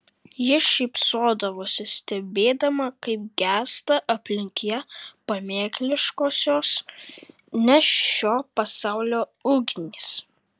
ji šypsodavosi stebėdama kaip gęsta aplink ją pamėkliškosios ne šio pasaulio ugnys